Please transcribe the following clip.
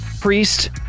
priest